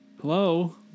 Hello